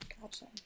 gotcha